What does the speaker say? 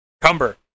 Cumber